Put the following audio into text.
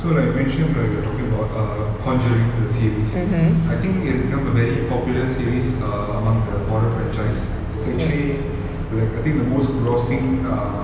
so like mention right we were talking about err conjuring the series I think it has become a very popular series err among the horror franchise it's actually like I think the most grossing err